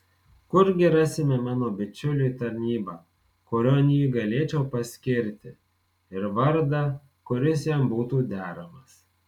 kurgi rasime mano bičiuliui tarnybą kurion jį galėčiau paskirti ir vardą kuris jam būtų deramas